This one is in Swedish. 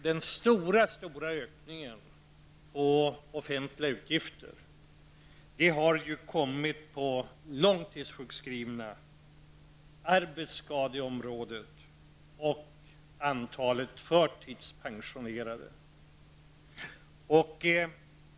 Den stora ökningen av offentliga utgifter har ju kommit för långtidssjukskrivna, på arbetsskadeområdet och när det gäller antalet förtidspensionerade.